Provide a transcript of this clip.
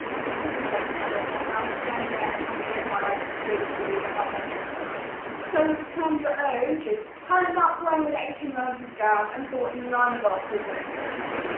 i also really like the color of that gown but then again um ah bit biased blue and green are my favorite colors. so sandra oh just turned up wearing an eighteen ninety s gown and thought none of us would notice.